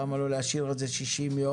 למה לא להשאיר את זה 60 יום?